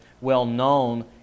well-known